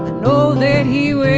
know that he